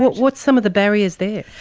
what's some of the barriers there?